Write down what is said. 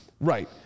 Right